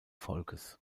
volkes